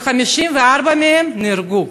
ו-54 מהם נהרגו.